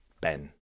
Ben